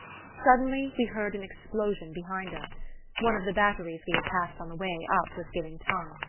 suddenly we heard an explosion behind us one of the batteries we had passed on the way up was giving tongue.